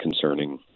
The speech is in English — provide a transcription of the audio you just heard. concerning